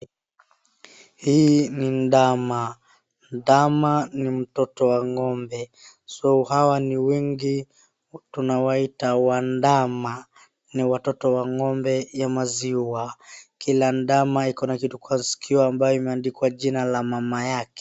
Hii ni dama. Dama ni mtoto wa ng'ombe. so hawa ni wengi tunawaita wadama. Ni watoto wa ng'ombe ya maziwa. Kila dama iko na kitu kwa sikio ambayo imeandikwa jina la mamake.